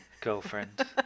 girlfriend